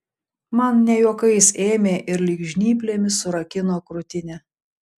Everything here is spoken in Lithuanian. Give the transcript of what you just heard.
man ne juokais ėmė ir lyg žnyplėmis surakino krūtinę